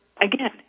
again